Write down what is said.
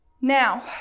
Now